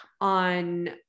on